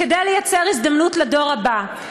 כדי ליצור הזדמנות לדור הבא.